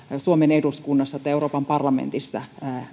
suomen eduskunnassa tai euroopan parlamentissa